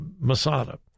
Masada